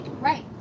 Right